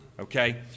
Okay